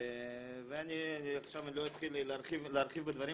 אני עכשיו לא אתחיל להרחיב בדברים,